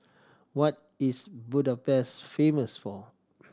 what is Budapest famous for